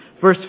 Verse